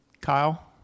Kyle